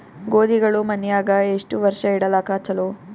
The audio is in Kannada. ಗೋಧಿಗಳು ಮನ್ಯಾಗ ಎಷ್ಟು ವರ್ಷ ಇಡಲಾಕ ಚಲೋ?